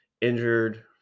injured